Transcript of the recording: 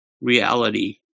reality